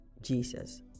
Jesus